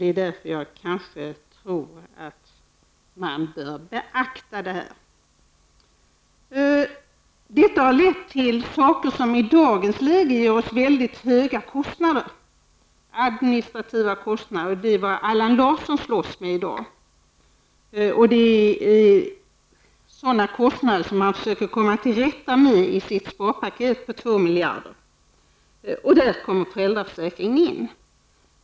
Det är därför jag kanske tror att man bör beakta detta. Det har lett till saker som i dagens läge ger oss mycket höga kostnader. Det är administrativa kostnader, och dessa slåss Allan Larsson med i dag. Det är sådana kostnader som han försöker komma till rätta med i sitt sparpaket på 2 miljarder. Där kommer föräldraförsäkringen in.